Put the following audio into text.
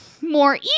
more